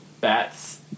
bats